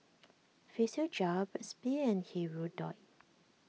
Physiogel Burt's Bee and Hirudoid